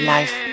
Life